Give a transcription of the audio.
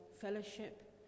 fellowship